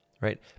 Right